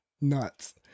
Nuts